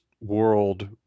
world